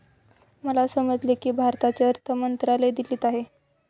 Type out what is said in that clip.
मला समजले की भारताचे अर्थ मंत्रालय दिल्लीत आहे